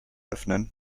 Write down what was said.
öffnen